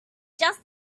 just